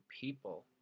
people